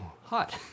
hot